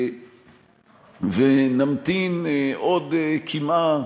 ונמתין עוד קמעה